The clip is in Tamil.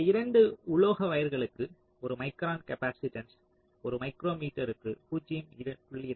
இந்த உலோக 2 வயர்களுக்கு ஒரு மைக்ரான் காப்பாசிட்டன்ஸ் ஒரு மைக்ரோமீட்டருக்கு 0